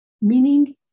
Meaning